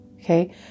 okay